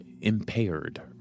impaired